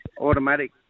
automatic